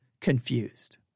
confused